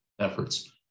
efforts